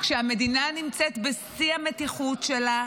כשהמדינה נמצאת בשיא המתיחות שלה,